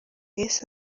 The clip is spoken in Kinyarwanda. yahise